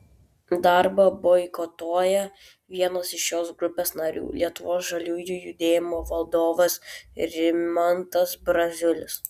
darbą boikotuoja vienas iš šios grupės narių lietuvos žaliųjų judėjimo vadovas rimantas braziulis